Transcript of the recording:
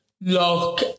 look